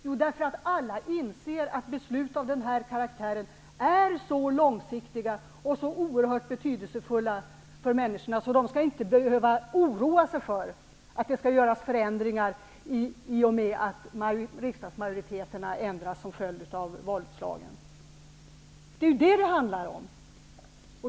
Jo, därför att alla inser att beslut av den här karaktären är så långsiktiga och så oerhört betydelsefulla för människorna, att de inte skall behöva oroa sig för att det skall göras ändringar i och med att riksdagsmajoriteterna ändras som följd av valutslagen. Det är detta det handlar om.